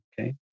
okay